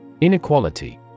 Inequality